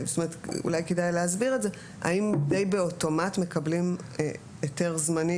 אולי כדאי להסביר את זה האם די באוטומט מקבלים היתר זמני,